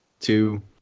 two